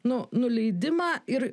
nu nuleidimą ir